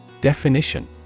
Definition